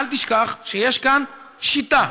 אל תשכח שיש כאן שיטה,